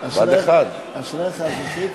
אשריך, זכית.